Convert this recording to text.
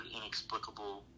inexplicable